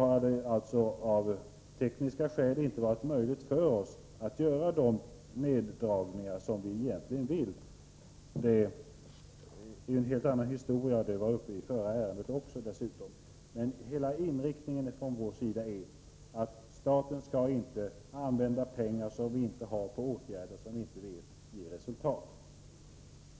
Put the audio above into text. Av tekniska skäl har det nu inte varit möjligt för oss att göra de neddragningar som vi egentligen vill. Det är en helt annan historia som dessutom var uppe också i förra ärendet. Men hela inriktningen från vår sida är att staten inte skall använda pengar som vi inte har till åtgärder som vi inte vet ger resultat.